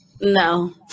No